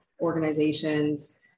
organizations